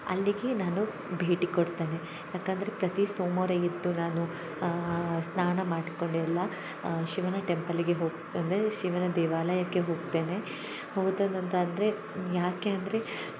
ಅಲ್ಲಿಗೆ ನಾನು ಭೇಟಿ ಕೊಡ್ತೇನೆ ಯಾಕಂದರೆ ಪ್ರತಿ ಸೋಮವಾರ ಎದ್ದು ನಾನು ಸ್ನಾನ ಮಾಡ್ಕೊಂಡು ಎಲ್ಲ ಶಿವನ ಟೆಂಪಲ್ಗೆ ಹೋಗಿ ಅಂದರೆ ಶಿವನ ದೇವಾಲಯಕ್ಕೆ ಹೋಗ್ತೇನೆ ಹೋದನಂತ ಅಂದರೆ ಯಾಕೆ ಅಂದರೆ